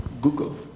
Google